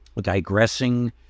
Digressing